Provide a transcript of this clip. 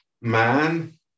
man